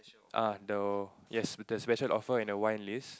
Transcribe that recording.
uh the yes the special offer and the wine list